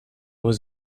was